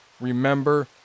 remember